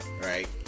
right